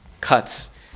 cuts